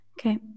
Okay